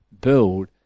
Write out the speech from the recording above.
build